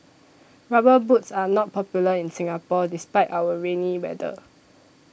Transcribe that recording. rubber boots are not popular in Singapore despite our rainy weather